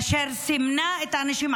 אשר סימנה את האנשים.